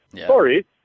Sorry